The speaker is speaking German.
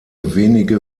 wenige